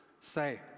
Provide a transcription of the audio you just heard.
say